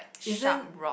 isn't